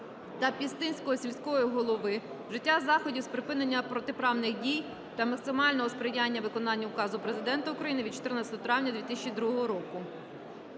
та Пістинського сільського голови, вжиття заходів з припинення протиправних дій та максимального сприяння виконанню Указу Президента України від 14 травня 2002 року.